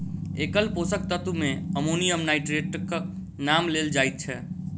एकल पोषक तत्व मे अमोनियम नाइट्रेटक नाम लेल जाइत छै